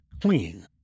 clean